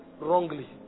wrongly